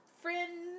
friend